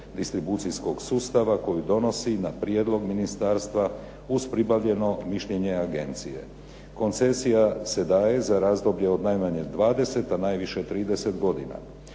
distribucijskog sustava koju donosi na prijedlog ministarstva uz pribavljeno mišljenje agencije. Koncesija se daje za razdoblje od najmanje 20, a najviše 30 godina.